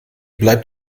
bleibt